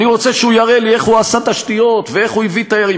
אני רוצה שהוא יראה לי איך הוא עשה תשתיות ואיך הוא הביא תיירים.